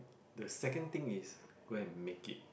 the second thing is go and make it